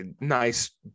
Nice